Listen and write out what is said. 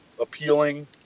appealing